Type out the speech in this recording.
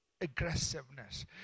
aggressiveness